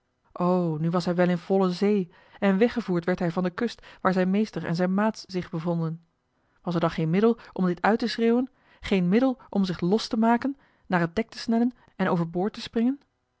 nu was hij wel in volle zee en weggevoerd werd hij van de kust waar zijn meester en zijn maats zich bevonden was er dan geen middel om dit uit te schreeuwen geen middel om zich los te maken naar het dek te snellen en overboord te springen